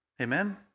Amen